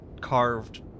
carved